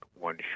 one